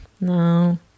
No